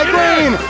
Green